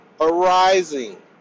arising